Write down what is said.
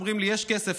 אומרים לי: יש כסף,